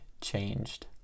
changed